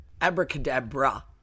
Abracadabra